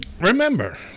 Remember